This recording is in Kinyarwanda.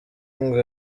ngo